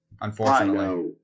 unfortunately